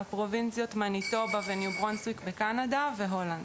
כמו הפרובינציות מניטובה וברנזוויק בקנדה וכמו הולנד.